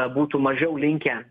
būtų mažiau linkę